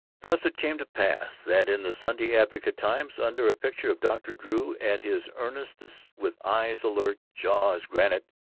thus it came to pass that in the sunday advocate-times, under a picture of dr. drew at his earnestest, with eyes alert, jaw as granite,